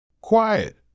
quiet